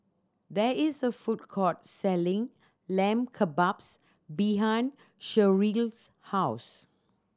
there is a food court selling Lamb Kebabs behind Sherrill's house